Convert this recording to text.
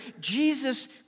Jesus